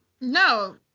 No